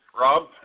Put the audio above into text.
Rob